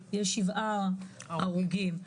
היו שבעה הרוגים,